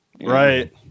Right